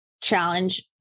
Challenge